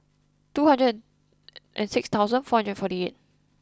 two hundred and six thousand four hundred and forty eight